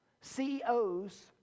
CEOs